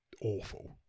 awful